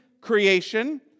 creation